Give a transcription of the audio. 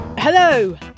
Hello